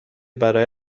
برای